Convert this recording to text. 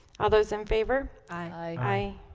all those in favor aye